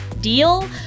deal